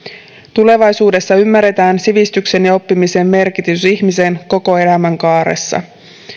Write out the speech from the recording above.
tulevaisuudessa ymmärretään sivistyksen ja oppimisen merkitys ihmisen koko elämänkaaressa